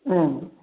ம்